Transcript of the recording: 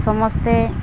ସମସ୍ତେ